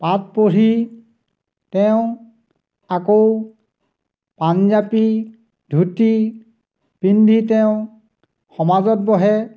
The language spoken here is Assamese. পাঠ পঢ়ি তেওঁ আকৌ পাঞ্জাবী ধুতি পিন্ধি তেওঁ সমাজত বহে